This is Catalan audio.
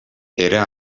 era